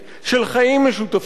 של חיים משותפים,